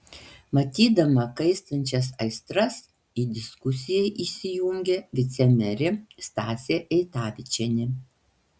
matydama kaistančias aistras į diskusiją įsijungė vicemerė stasė eitavičienė